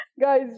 guys